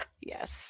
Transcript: Yes